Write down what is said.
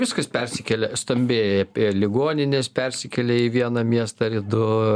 viskas persikelia stambėja apie ligonines persikėlia į vieną miestą ar į du